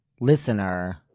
listener